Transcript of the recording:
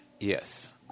Yes